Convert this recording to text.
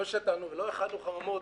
לא שתלנו ולא הכנו חממות,